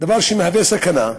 דבר שמהווה סכנה,